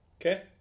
Okay